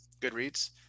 Goodreads